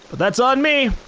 that's on me.